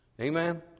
Amen